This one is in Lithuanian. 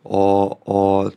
o o